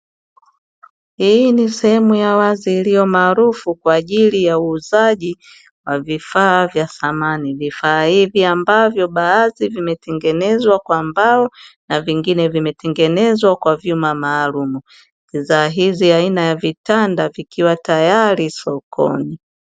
Hii ni sehemu ya wazi iliyo maarufu kwa ajili ya uuzaji wa vifaa vya samani. Vifaa hivi ambavyo baadhi vimetengenezwa kwa mbao na vingine vimetengenezwa kwa vyuma maalumu. Bidhaa hizi aina ya vitanda vikiwa tayari sokoni.